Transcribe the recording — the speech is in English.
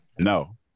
No